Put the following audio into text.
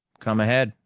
come ahead,